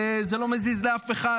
וזה לא מזיז לאף אחד.